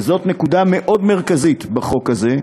וזאת נקודה מאוד מרכזית בחוק הזה,